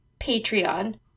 Patreon